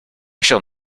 shall